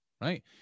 right